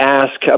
ask